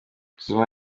zuma